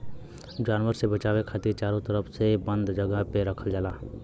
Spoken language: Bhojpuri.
जानवर से बचाये खातिर चारो तरफ से बंद जगह पे रखल जाला